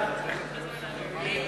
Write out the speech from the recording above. להסיר